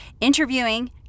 Interviewing